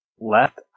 left